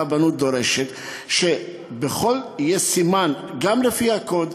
הרבנות דורשת שיהיה סימן גם לפי הקוד,